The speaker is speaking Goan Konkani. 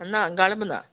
ना गाल्म ना